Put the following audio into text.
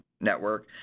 network